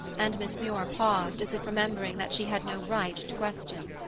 and miss muir paused, as if remembering that she had no right to question.